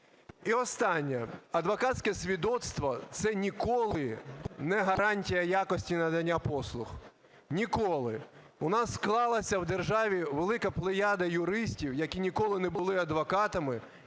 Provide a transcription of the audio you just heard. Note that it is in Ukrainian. І останнє. Адвокатське свідоцтво – це ніколи не гарантія якості надання послуг, ніколи. У нас склалася у державі велика плеяда юристів, які ніколи не були адвокатами,